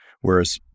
Whereas